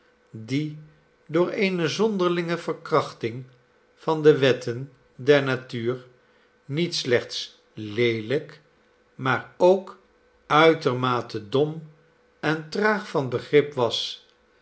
die door eene zonderlinge verkrachting van de wetten der natuur niet slechts leelijk maar ook uitermate dom en traag van begrip was